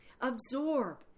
absorb